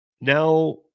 Now